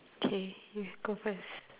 K you go first